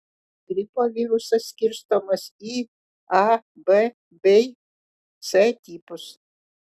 gripo virusas skirstomas į a b bei c tipus